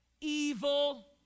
evil